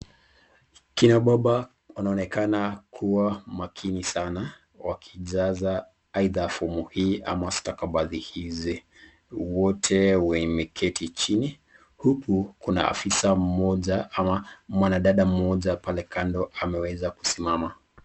Kina baba wanaonekana kuwa makini sana, wakijaza aidha fomu hii ama stakabadhi hizi, wote wameketi chini huku kuna afisa mmoja ama mwanadada mmoja pale kando ameweza kusimama.